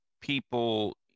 people